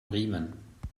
riemen